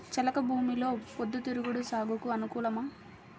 చెలక భూమిలో పొద్దు తిరుగుడు సాగుకు అనుకూలమా?